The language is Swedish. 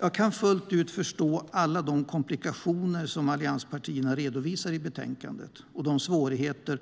Jag kan fullt ut förstå alla de komplikationer som allianspartierna redovisar i betänkandet och de svårigheter